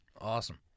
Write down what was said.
Awesome